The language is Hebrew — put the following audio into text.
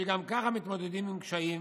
שגם ככה מתמודדים עם קשיים.